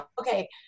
okay